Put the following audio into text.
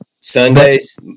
Sundays